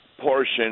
portion